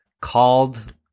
called